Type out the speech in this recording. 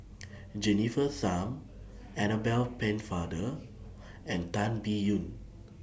Jennifer Tham Annabel Pennefather and Tan Biyun